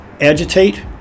agitate